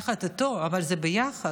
יחד איתו, אבל זה ביחד.